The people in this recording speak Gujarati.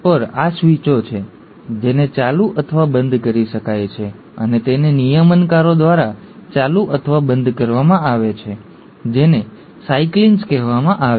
આ સ્વીચો છે જેને ચાલુ અથવા બંધ કરી શકાય છે અને તેને નિયમનકારો દ્વારા ચાલુ અથવા બંધ કરવામાં આવે છે જેને સાયક્લિન્સ કહેવામાં આવે છે